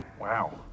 wow